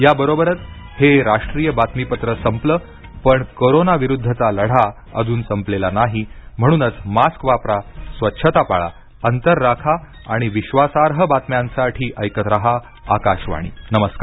याबरोबरच हे राष्ट्रीय बातमीपत्र संपलं पण कोरोना विरुद्धचा लढा अजून संपलेला नाही म्हणूनच मास्क वापरा स्वच्छता पाळा अंतर राखा आणि विश्वासार्ह बातम्यांसाठी ऐकत रहा आकाशवाणी नमस्कार